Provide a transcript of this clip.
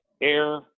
air